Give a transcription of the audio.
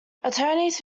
attorneys